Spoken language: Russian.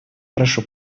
прошу